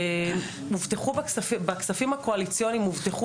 הובטחו בכספים הקואליציוניים הובטחו